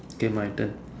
k my turn